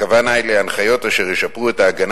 הכוונה היא להנחיות אשר ישפרו את ההגנה